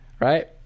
Right